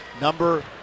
number